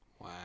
Wow